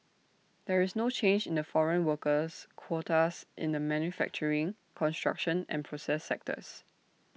there is no change in the foreign workers quotas in the manufacturing construction and process sectors